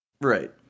Right